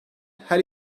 her